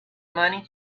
money